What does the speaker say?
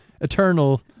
eternal